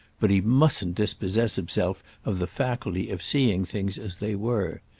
but he mustn't dispossess himself of the faculty of seeing things as they were.